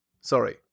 Sorry